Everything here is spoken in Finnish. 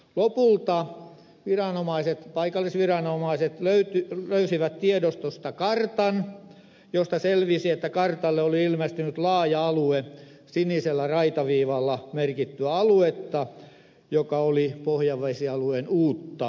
lopulta viranomaiset paikallisviranomaiset löysivät tiedostosta kartan josta selvisi että kartalle oli ilmestynyt laaja alue sinisellä raitaviivalla merkittyä aluetta joka oli pohjavesialueen uutta suoja aluetta